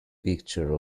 picture